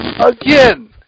Again